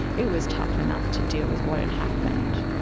it was tough enough to deal with what had happened,